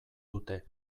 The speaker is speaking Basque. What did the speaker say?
dute